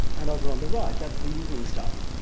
and over on the right, that's the even star,